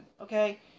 Okay